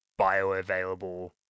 bioavailable